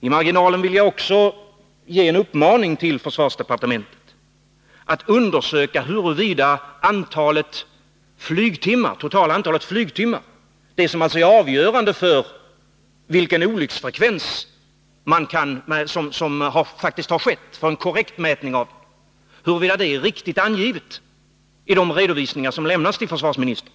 I marginalen vill jag också ge en uppmaning till försvarsdepartementet att undersöka huruvida det totala antalet flygtimmar, det som alltså är avgörande för vilken olycksfrekvens som faktiskt har förekommit, är korrekt angivet i de redovisningar som lämnats till försvarsministern.